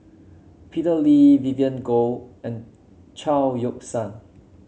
Peter Lee Vivien Goh and Chao Yoke San